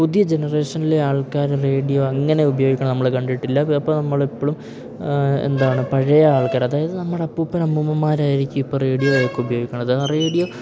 പുതിയ ജനറേഷനിലെ ആൾക്കാര് റേഡിയോ അങ്ങനെ ഉപയോഗിക്കണെ നമ്മള് കണ്ടിട്ടില്ല അപ്പ നമ്മളെപ്പളും എന്താണ് പഴയ ആൾക്കാര് അതായത് നമ്മട അപ്പൂപ്പന് അമ്മൂമ്മന്മാരായിരിക്കും ഇപ്പ റേഡിയോ ഒക്കെ ഉപയോഗിക്കണത് ആ റേഡിയോ